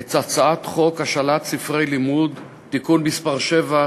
את הצעת חוק השאלת ספרי לימוד (תיקון מס' 7),